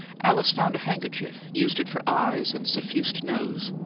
alice found a handkerchief, used it for eyes and suffused nose,